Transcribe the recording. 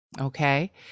Okay